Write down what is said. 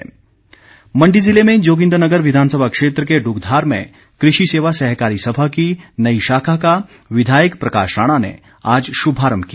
सहकारी सभा मण्डी ज़िले में जोगिन्द्रनगर विधानसभा क्षेत्र के डुगधार में कृषि सेवा सहकारी सभा की नई शाखा का विधायक प्रकाश राणा ने आज शुभारम्भ किया